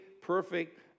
perfect